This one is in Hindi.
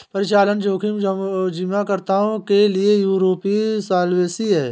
परिचालन जोखिम बीमाकर्ताओं के लिए यूरोपीय सॉल्वेंसी है